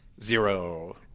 zero